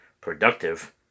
productive